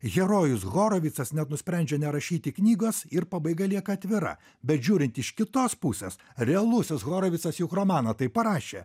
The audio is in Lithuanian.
herojus horovitsas net nusprendžia nerašyti knygos ir pabaiga lieka atvira bet žiūrint iš kitos pusės realusis horovitsas juk romaną tai parašė